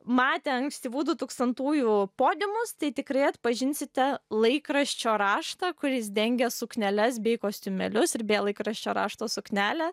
matę ankstyvų dutūkstantųjų podiumus tai tikrai atpažinsite laikraščio raštą kuris dengia sukneles bei kostiumėlius ir beje laikraščio rašto suknelę